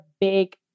big